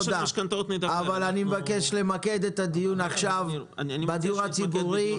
אני מבקש למקד את הדיון עכשיו בדיור הציבורי,